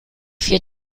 vier